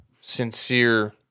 sincere